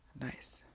Nice